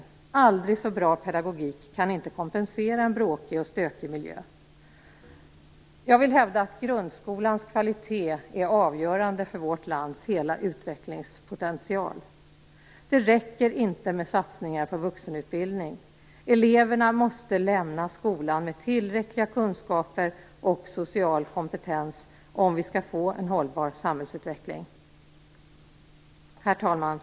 En aldrig så bra pedagogik kan inte kompensera en bråkig och stökig miljö. Jag vill hävda att grundskolans kvalitet är avgörande för vårt lands hela utvecklingspotential. Det räcker inte med satsningar på vuxenutbildning. Eleverna måste lämna skolan med tillräckliga kunskaper och social kompetens om vi skall få en hållbar samhällsutveckling. Herr talman!